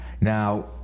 Now